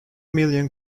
million